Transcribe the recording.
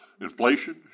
inflation